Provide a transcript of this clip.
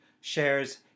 shares